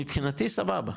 מבחינתי סבבה,